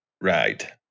Right